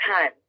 time